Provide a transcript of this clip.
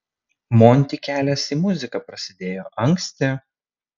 monty kelias į muziką prasidėjo anksti